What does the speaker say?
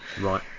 Right